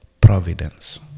providence